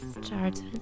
starts